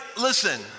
listen